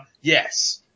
Yes